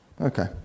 Okay